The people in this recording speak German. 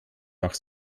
nach